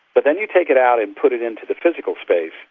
but then you take it out and put it into the physical space,